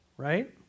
right